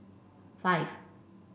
five